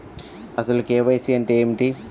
అసలు కే.వై.సి అంటే ఏమిటి?